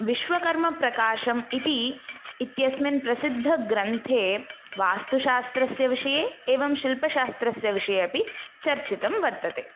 विश्वकर्मप्रकाशः इति इत्यस्मिन् प्रसिद्धग्रन्थे वास्तुशास्त्रस्य विषये एवं शिल्पशास्त्रस्य विषये अपि चर्चितं वर्तते